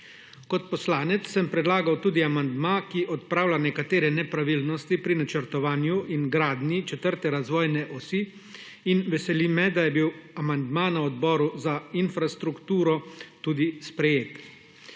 Kot poslanec sem predlagal tudi amandma, ki odpravlja nekatere nepravilnosti pri načrtovanju in gradnji četrte razvojne osi in veseli me, da je bil amandma na Odboru za infrastrukturo tudi sprejet.